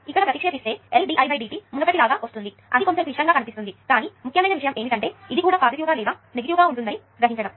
ఇక్కడ ప్రతిక్షేపిస్తే LdIdt మునుపటిలాగా వస్తుంది అది కొంచెం క్లిష్టంగా గా కనిపిస్తుంది కానీ ముఖ్యమైన విషయం ఏమిటంటే ఇది కూడా పాజిటివ్ గా లేదా నెగిటివ్ గా ఉంటుంది అని గ్రహించడం